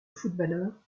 footballeur